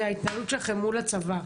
זה גם ההתנהלות שלכם מול הצבא.